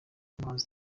umuhanzi